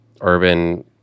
urban